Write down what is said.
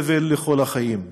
סבל לכל החיים.